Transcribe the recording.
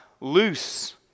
loose